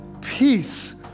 Peace